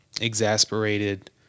exasperated